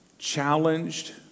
challenged